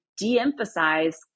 de-emphasize